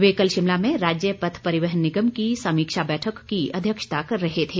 वे कल शिमला में राज्य पथ परिवहन निगम की समीक्षा बैठक की अध्यक्षता कर रहे थे